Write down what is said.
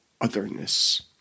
otherness